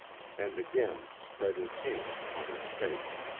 and again spread his hands upon his face.